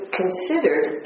considered